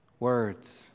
Words